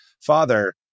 father